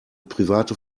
private